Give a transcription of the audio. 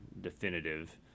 definitive